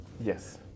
yes